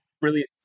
brilliant